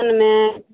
नहि